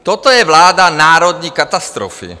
Toto je vláda národní katastrofy.